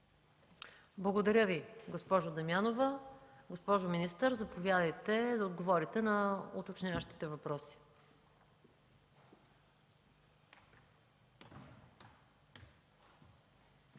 Благодаря Ви, госпожо Дамянова. Госпожо министър, заповядайте да отговорите на уточняващите въпроси.